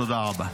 תודה רבה.